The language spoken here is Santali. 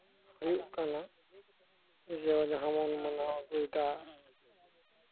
ᱦᱩᱭᱩᱜ ᱠᱟᱱᱟ ᱡᱟᱦᱟᱸ ᱵᱚᱱ ᱢᱟᱱᱟᱣ ᱟᱹᱜᱩᱭᱫᱟ